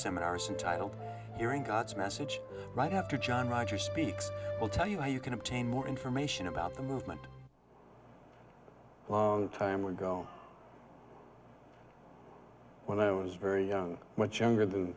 seminars and titled hearing god's message right after john roger speaks will tell you how you can obtain more information about the movement a long time ago when i was very young much younger than